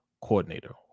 coordinator